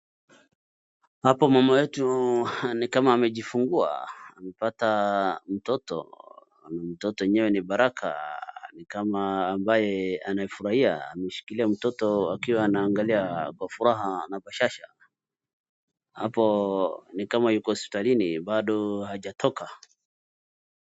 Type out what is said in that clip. Hapo mama yetu ni kama amejifungua, amepata mtoto na mtoto enyewe ni baraka. Ni kama ambaye amefurahia. Ameshikilia mtoto akiwa anaangalia kwa furaha ana bashasha. Hapo ni kama ytko hospitalini bado hajatoka.